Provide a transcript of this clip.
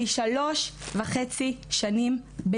אני שלוש שנים וחצי בדיונים